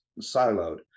siloed